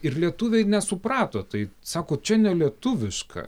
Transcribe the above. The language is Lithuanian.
ir lietuviai nesuprato tai sako čia nelietuviška